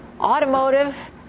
Automotive